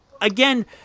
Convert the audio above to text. again